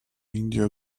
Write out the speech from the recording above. india